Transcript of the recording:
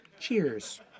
Cheers